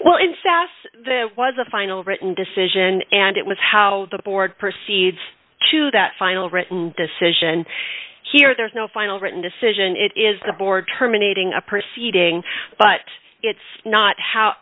there was a final written decision and it was how the board proceed to that final written decision here there's no final written decision it is the board terminating a proceeding but it's not how